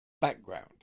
Background